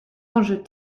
anges